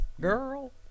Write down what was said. girl